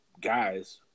guys